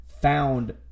found